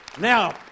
Now